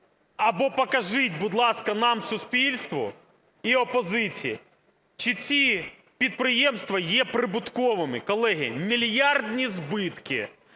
або покажіть, будь ласка, нам, суспільству, і опозиції, чи ці підприємства є прибутковими. Колеги, мільярдні збитки